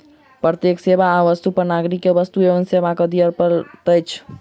प्रत्येक सेवा आ वस्तु पर नागरिक के वस्तु एवं सेवा कर दिअ पड़ैत अछि